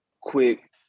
quick